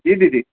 जी दीदी